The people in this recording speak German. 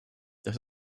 das